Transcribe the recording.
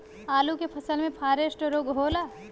आलू के फसल मे फारेस्ट रोग होला?